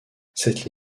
cette